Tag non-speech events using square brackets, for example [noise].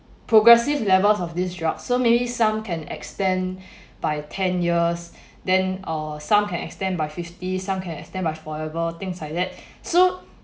progressive levels of this drug so maybe some can extend [breath] by ten years [breath] then or some can extend by fifty some can extend by forever things like that [breath] so